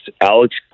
Alex